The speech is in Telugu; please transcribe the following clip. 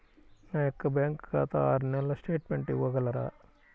నా యొక్క బ్యాంకు ఖాతా ఆరు నెలల స్టేట్మెంట్ ఇవ్వగలరా?